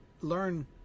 learn